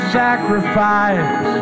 sacrifice